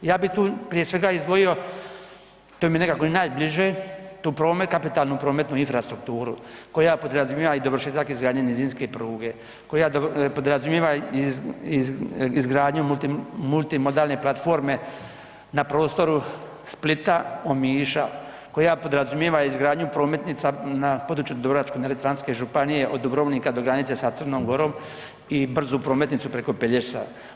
Ja bi tu prije svega izdvojio, to mi je nekako i najbliže, tu promet, kapitalnu prometnu infrastrukturu koja podrazumijeva dovršetak izgradnje nizinske pruge, koja podrazumijeva izgradnju multimodalne platforme na prostoru Splita, Omiša, koja podrazumijeva izgradnju prometnica na području Dubrovačko-neretvanske županije, od Dubrovnika do granice sa C. Gorom i brzu prometnicu preko Pelješca.